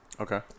Okay